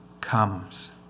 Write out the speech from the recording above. comes